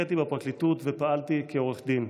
התמחיתי בפרקליטות ופעלתי כעורך דין.